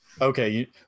Okay